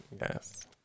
Yes